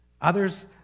Others